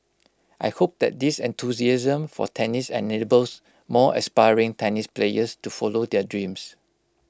I hope that this enthusiasm for tennis enables more aspiring tennis players to follow their dreams